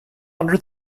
under